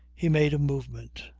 he made a movement,